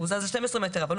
אם הוא יזוז 13 מטרים.